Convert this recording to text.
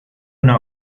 una